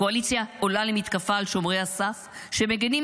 הקואליציה עולה למתקפה על שומרי הסף שמגינים